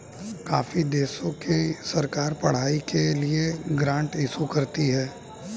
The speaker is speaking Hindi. काफी देशों की सरकार पढ़ाई के लिए ग्रांट इशू करती है